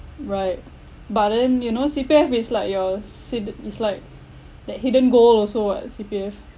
right but then you know C_P_F is like your sidde~ is like that hidden gold also what C_P_F